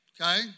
okay